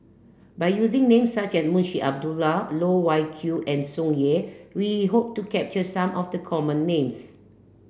by using names such as Munshi Abdullah Loh Wai Kiew and Tsung Yeh we hope to capture some of the common names